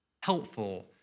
helpful